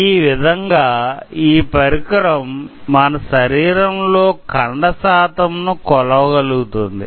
ఈ విధంగా ఈ పరికరం మన శరీరం లో కండ శాతం ను కొలవగలుగుతుంది